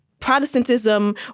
Protestantism